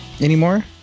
anymore